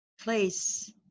place